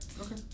Okay